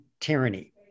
tyranny